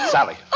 Sally